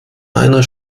einer